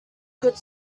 good